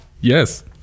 Yes